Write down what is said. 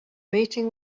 meeting